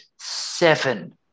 seven